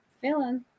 Feeling